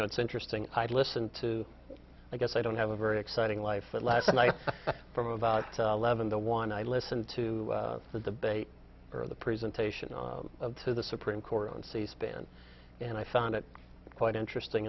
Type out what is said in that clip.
know it's interesting i listen to i guess i don't have a very exciting life but last night from about eleven to one i listened to the debate for the presentation to the supreme court on c span and i found it quite interesting